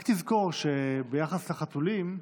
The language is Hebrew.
רק תזכור שביחס לחתולים,